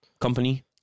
company